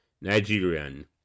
Nigerian